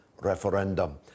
referendum